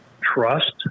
trust